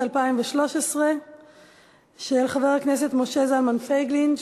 2013. חבר הכנסת משה זלמן פייגלין,